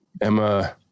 Emma